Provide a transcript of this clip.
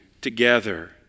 together